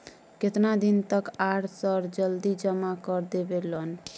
केतना दिन तक आर सर जल्दी जमा कर देबै लोन?